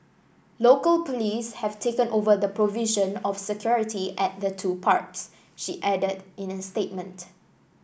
local police have taken over the provision of security at the two parks she added in a statement